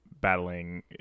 battling